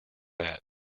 that